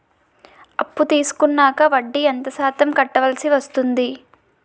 అప్పు తీసుకున్నాక వడ్డీ ఎంత శాతం కట్టవల్సి వస్తుంది?